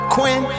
Quinn